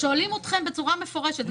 גפני שואל אתכם בצורה מפורשת: